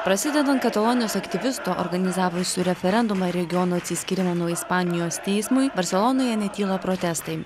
prasidedant katalonijos aktyvistų organizavusių referendumą regiono atsiskyrimo nuo ispanijos teismui barselonoje netyla protestai